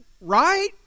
Right